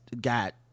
got